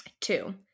two